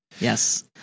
Yes